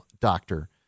doctor